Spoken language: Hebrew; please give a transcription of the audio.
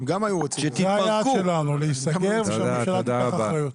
זה היעד שלנו, להיסגר ושהממשלה תיקח אחריות.